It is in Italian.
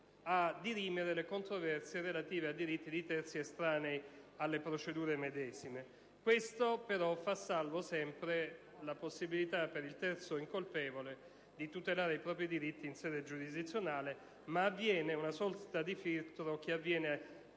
a dirimere le controversie relative a diritti di terzi estranei alle procedure medesime. Questo fa sempre salva la possibilità per il terzo incolpevole di tutelare i propri diritti in sede giurisdizionale, ma c'è una sorta di filtro da parte